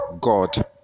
God